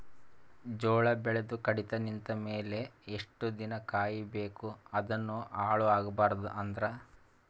ಜೋಳ ಬೆಳೆದು ಕಡಿತ ನಿಂತ ಮೇಲೆ ಎಷ್ಟು ದಿನ ಕಾಯಿ ಬೇಕು ಅದನ್ನು ಹಾಳು ಆಗಬಾರದು ಅಂದ್ರ?